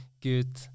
good